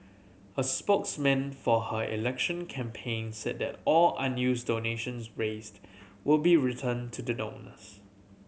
a spokesman for her election campaign said that all unused donations raised will be return to the donors